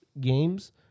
games